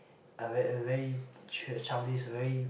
uh very childish very